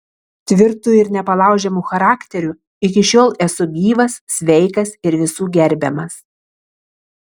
tvirtu ir nepalaužiamu charakteriu iki šiol esu gyvas sveikas ir visų gerbiamas